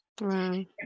Right